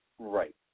Right